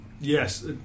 yes